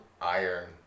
iron